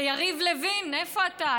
ויריב לוין, איפה אתה?